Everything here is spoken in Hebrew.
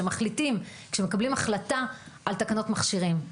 כשמקבלים החלטה על תקנות מכשירים.